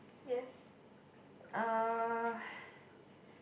uh